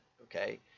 okay